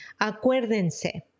Acuérdense